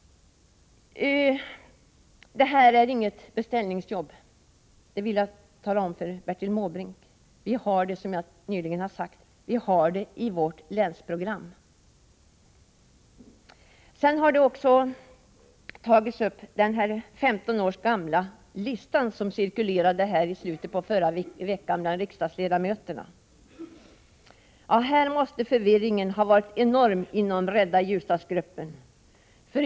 Detta är inget beställningsjobb — det vill jag tala om för Bertil Måbrink. Vi har, som jag nyligen har sagt, i vårt länsprogram förordat en utbyggnad av Edänge. Det har här diskuterats den 15 år gamla lista som i slutet av förra veckan cirkulerade bland riksdagsledamöterna. Förvirringen måste ha varit enorm inom gruppen Rädda Ljusdalsbygden.